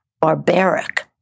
barbaric